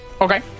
Okay